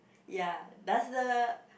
ya does the